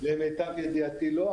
למיטב ידיעתי לא,